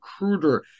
recruiter